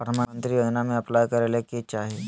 प्रधानमंत्री योजना में अप्लाई करें ले की चाही?